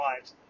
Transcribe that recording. lives